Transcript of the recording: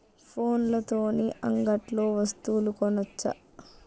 ఫోన్ల తోని అంగట్లో వస్తువులు కొనచ్చా?